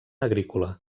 agrícola